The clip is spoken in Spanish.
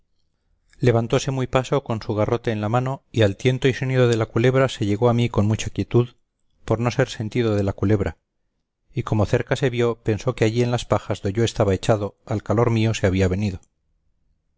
parecer levantóse muy paso con su garrote en la mano y al tiento y sonido de la culebra se llegó a mí con mucha quietud por no ser sentido de la culebra y como cerca se vio pensó que allí en las pajas do yo estaba echado al calor mío se había venido